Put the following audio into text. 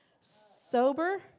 Sober